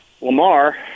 Lamar